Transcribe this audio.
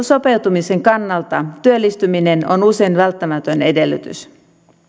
sopeutumisen kannalta työllistyminen on usein välttämätön edellytys